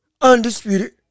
undisputed